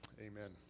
Amen